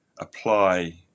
apply